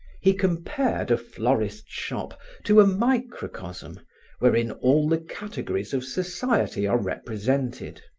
he compared a florist's shop to a microcosm wherein all the categories of society are represented.